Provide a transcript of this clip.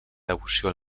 devoció